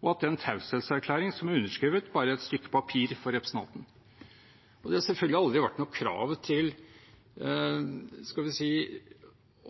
og at den taushetserklæring som er underskrevet, bare er et stykke papir for representanten. Det har selvfølgelig aldri vært noe krav til – skal vi si –